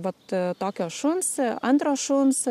vat tokio šuns antro šuns